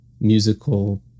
musical